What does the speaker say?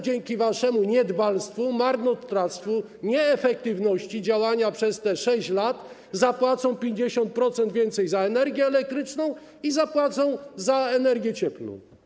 Dzięki waszemu niedbalstwu, marnotrawstwu, nieefektywności działania przez te 6 lat zapłacą oni o 50% więcej za energię elektryczną i za energię cieplną.